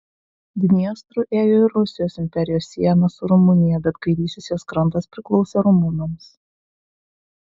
dniestru ėjo ir rusijos imperijos siena su rumunija bet kairysis jos krantas priklausė rumunams